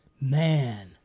Man